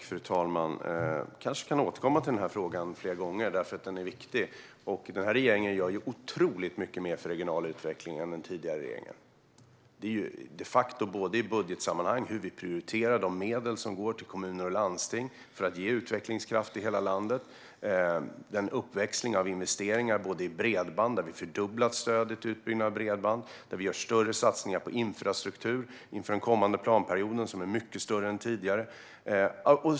Fru talman! Vi kanske kan återkomma till denna fråga flera gånger, för den är viktig. Den här regeringen gör otroligt mycket mer för regional utveckling än den tidigare regeringen gjorde. Det gäller de facto i budgetsammanhang, där det handlar om att vi prioriterar de medel som går till kommuner och landsting för att ge utvecklingskraft i hela landet. Det gäller också den uppväxling av investeringar i bredband där vi har fördubblat stödet till utbyggnad och gör större satsningar på infrastruktur inför den kommande planperioden - mycket större än tidigare.